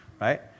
right